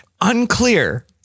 unclear